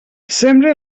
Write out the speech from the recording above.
sembre